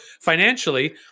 financially